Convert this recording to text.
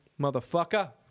Motherfucker